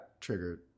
Triggered